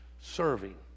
Serving